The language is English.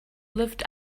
lived